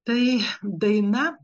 tai daina